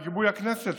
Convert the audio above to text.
בגיבוי הכנסת,